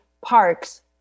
Parks